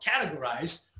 categorized